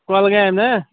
کۅلگامہِ نا